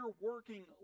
working